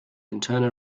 internal